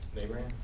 Abraham